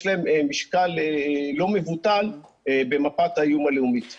יש להם משקל לא מבוטל במפת האיום הלאומית הרבה יותר מאשר היה בעבר.